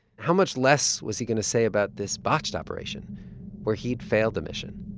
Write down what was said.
how much less was he going to say about this botched operation where he'd failed the mission?